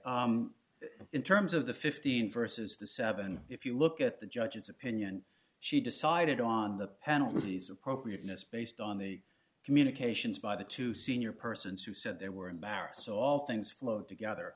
say in terms of the fifteen versus the seven if you look at the judge's opinion she decided on the penalties appropriateness based on the communications by the two senior persons who said they were in barracks so all things flowed together